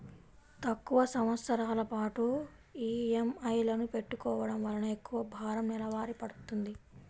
తక్కువ సంవత్సరాల పాటు ఈఎంఐలను పెట్టుకోవడం వలన ఎక్కువ భారం నెలవారీ పడ్తుంది